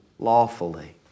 lawfully